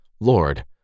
Lord